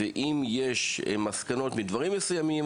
ואם יש מסקנות מדברים מסוימים,